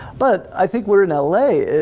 but i think we're in l a,